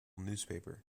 newspaper